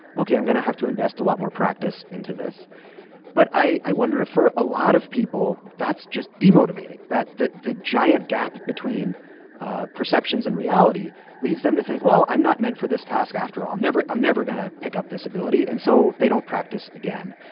ok, i'm going have to invest a lot more practice into this but i i wonder if, for a lot of people, that's just demotivating, that that the giant gap between perceptions and reality leads them to think, well, i'm not meant for this task after all. i'm never going to pick up this ability, and so they don't practice again.